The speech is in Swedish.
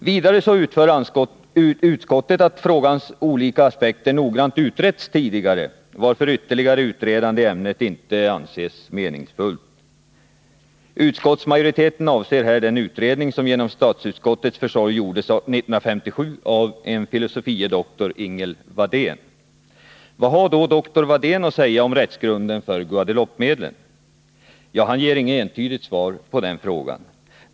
Vidare anför utskottet att frågans olika aspekter noggrant utretts tidigare, varför ytterligare utredande i ämnet inte anses meningsfullt. Utskottsmajoriteten avser här den utredning som genom statsutskottets försorg gjordes 1957 av fil. dr Ingel Wadén. Vad har då dr Wadén att säga om rättsgrunden för Guadeloupemedlen? Ja, han ger inte något entydigt svar på den frågan.